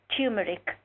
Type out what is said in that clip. Turmeric